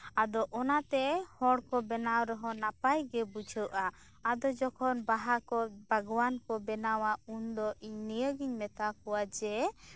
ᱟᱫᱳ ᱚᱱᱟᱛᱮ ᱦᱚᱲ ᱠᱩ ᱵᱮᱱᱟᱣ ᱨᱮᱦᱚᱸ ᱱᱟᱯᱟᱭᱜᱮ ᱵᱩᱡᱷᱟᱹᱜ ᱟ ᱟᱫᱳ ᱡᱚᱠᱷᱚᱱ ᱵᱟᱦᱟᱠᱩ ᱵᱟᱜᱣᱟᱱ ᱠᱩ ᱵᱮᱱᱟᱣᱟ ᱩᱱᱫᱚ ᱤᱧ ᱱᱤᱭᱟᱹᱜᱤᱧ ᱢᱮᱛᱟᱠᱚᱣᱟ ᱡᱮ